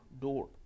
door